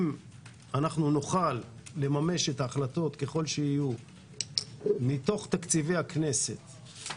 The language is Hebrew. אם נוכל לממש את ההחלטות ככל שיהיו מתוך תקציבי הכנסת,